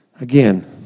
Again